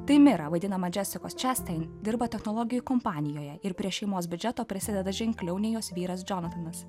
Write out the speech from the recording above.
tai mira vaidinama džesikosčestin dirba technologijų kompanijoje ir prie šeimos biudžeto prisideda ženkliau nei jos vyras džonsonas